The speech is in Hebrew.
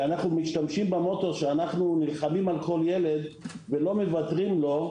ואנחנו משתמשים במוטו שאנחנו נלחמים על כל ילד ולא מוותרים לו,